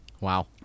Wow